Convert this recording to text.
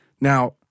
Now